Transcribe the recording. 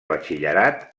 batxillerat